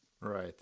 Right